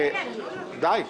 די.